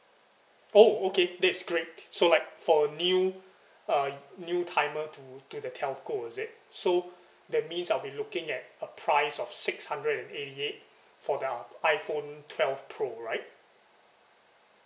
oh okay this is great so like for new uh new timer to to the telco is it so that means I'll be looking at a price of six hundred and eighty eight for the iphone twelve pro right